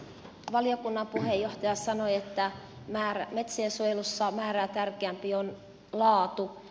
valiokunnan puheenjohtaja sanoi että metsien suojelussa määrää tärkeämpi on laatu